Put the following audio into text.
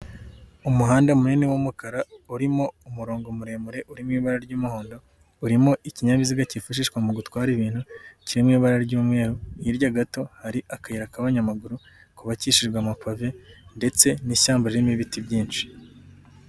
Umuhanda munini w'umukara urimo umurongo muremure urimo ibara ry'umuhondo, urimo ikinyabiziga kifashishwa mu gutwara ibintu kiri mu ibara ry'umweru, hirya gato hari akayira k'abanyamaguru kubabakishijwe amapave ndetse n'ishyamba ririmo ibiti byinshi.